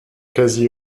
quasi